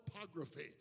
topography